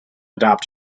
adopt